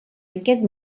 aquest